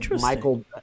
Michael